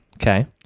Okay